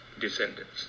descendants